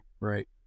right